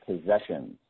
possessions